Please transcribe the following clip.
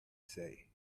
say